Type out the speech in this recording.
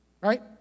right